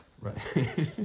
Right